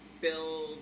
build